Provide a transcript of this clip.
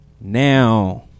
now